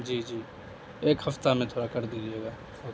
جی جی ایک ہفتہ میں تھوڑا کر دیجیے گا بہت مہربانی ہوگی